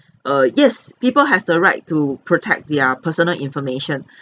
err yes people has the right to protect their personal information